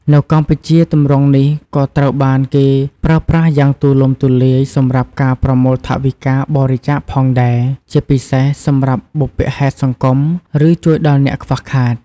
នៅកម្ពុជា ទម្រង់នេះក៏ត្រូវបានគេប្រើប្រាស់យ៉ាងទូលំទូលាយសម្រាប់ការប្រមូលថវិកាបរិច្ចាគផងដែរ ជាពិសេសសម្រាប់បុព្វហេតុសង្គម ឬជួយដល់អ្នកខ្វះខាត។